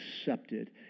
accepted